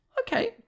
okay